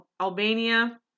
Albania